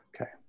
Okay